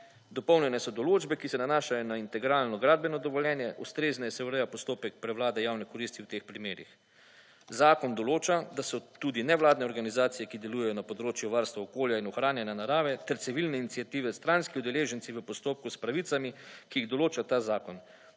Dopolnjene so določbe, ki se nanašajo na integralno gradbeno dovoljenje, ustrezneje se ureja postopek prevlade javne koristi v teh primerih. Zakon določa, da so tudi nevladne organizacije, ki delujejo na področju varstva okolja in ohranjanja narave ter civilne iniciative stranski udeleženci v postopku s pravicami, ki jih določa ta zakon.